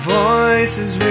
voices